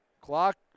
Clock